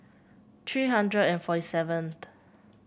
three hundred and forty seventh